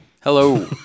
Hello